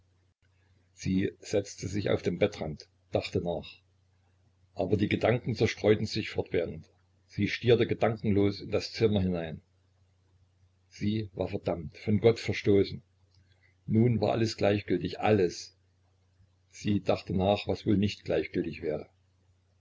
sie setzte sich auf den bettrand dachte nach aber die gedanken zerstreuten sich fortwährend sie stierte gedankenlos in das zimmer hinein sie war verdammt von gott verstoßen nun war alles gleichgültig alles sie dachte nach was wohl nicht gleichgültig wäre